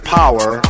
power